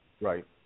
Right